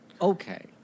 Okay